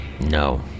No